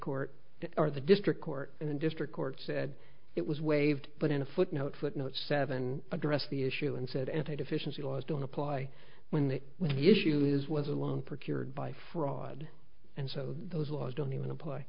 court or the district court in the district court said it was waived but in a footnote footnote seven addressed the issue and said and i deficiency laws don't apply when the when the issue is was along procured by fraud and so those laws don't even apply